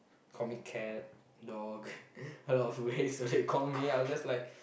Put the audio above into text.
call me cat dog a lot of ways they call me I'm just like